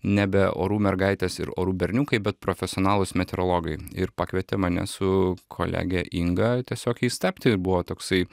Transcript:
nebe orų mergaitės ir orų berniukai bet profesionalūs meteorologai ir pakvietė mane su kolege inga tiesiog jais tapti ir buvo toksai